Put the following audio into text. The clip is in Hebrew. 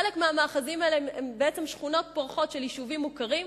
חלק מהמאחזים האלה הם בעצם שכונות פורחות של יישובים מוכרים.